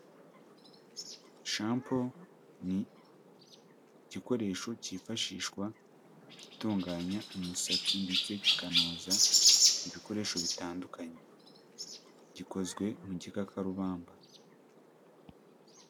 Shampo ni igikoresho cyifashishwa gitunganya umusatsi ndetse kikanoza ibikoresho bitandukanye, gikozwe mu gikakarubamba.